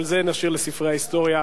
אבל את זה נשאיר לספרי ההיסטוריה,